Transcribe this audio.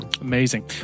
Amazing